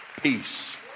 peace